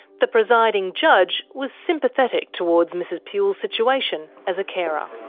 the presiding judge was sympathetic towards mrs puhle's situation as a carer. um